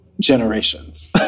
Generations